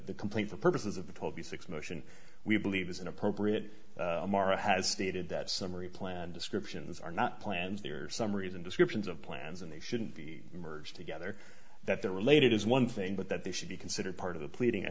the complaint for purposes of the colby six motion we believe is inappropriate mara has stated that summary plan descriptions are not plans they are summaries and descriptions of plans and they shouldn't be merged together that they're related is one thing but that they should be considered part of the pleading i